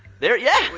there yeah!